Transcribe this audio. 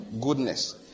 goodness